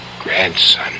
grandson